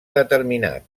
determinat